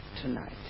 tonight